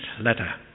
letter